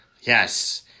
Yes